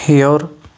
ہیوٚر